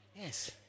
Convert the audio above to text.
Yes